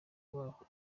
babo